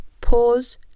pause